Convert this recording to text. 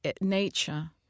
nature